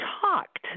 talked